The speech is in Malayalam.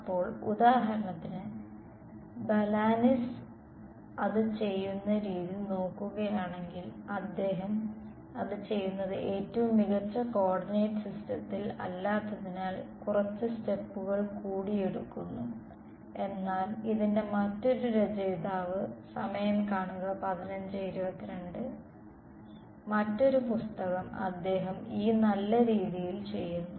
അപ്പോൾ ഉദാഹരണത്തിന് ബാലാനിസ് അത് ചെയ്യുന്ന രീതി നോക്കുകയാണെങ്കിൽ അദ്ദേഹം അത് ചെയ്യുന്നത് ഏറ്റവും മികച്ച കോർഡിനേറ്റ് സിസ്റ്റത്തിൽ അല്ലാത്തതിനാൽ കുറച്ച് സ്റ്റെപ്പുകൾ കൂടി എടുക്കുന്നു എന്നാൽ ഇതിന്റെ മറ്റൊരു രചയിതാവ് മറ്റൊരു പുസ്തകം അദ്ദേഹം ഈ നല്ല രീതിയിൽ ചെയ്യുന്നു